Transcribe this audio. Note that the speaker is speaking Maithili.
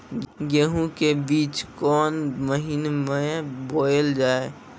गेहूँ के बीच कोन महीन मे बोएल जाए?